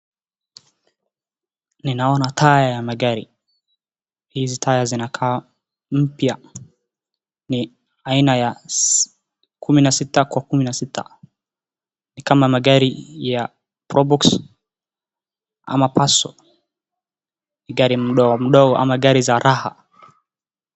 Ninaona tyre ya magari hizi tyre zinakaa mpya ni aina ya kumi na sita kwa kumi na sita ni kama magari ya probox ama passo gari mdogo mdogo ama gari za raha.